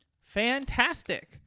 fantastic